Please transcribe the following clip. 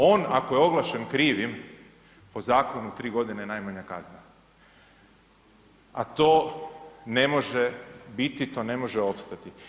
On ako je oglašen krivim, po zakonu, 3 godine najmanje kazna, a to ne može biti, to ne može opstati.